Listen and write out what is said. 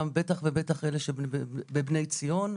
בטח ובטח אלה שב-"בני ציון",